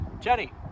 Jenny